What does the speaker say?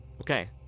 okay